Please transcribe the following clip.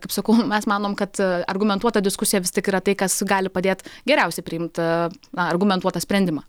kaip sakau mes manom kad argumentuota diskusija vis tik yra tai kas gali padėt geriausiai priimt a a argumentuotą sprendimą